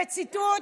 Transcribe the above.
בציטוט,